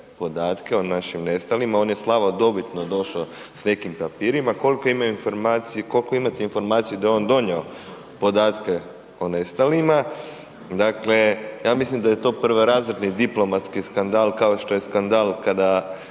podatke o našim nestalima, on je slavodobitno došao s nekim papirima, koliko imate informaciju da je on donio podatke o nestalima, dakle, ja mislim da je to prvorazredni diplomatski skandal, kao što je skandal kada